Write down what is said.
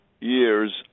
years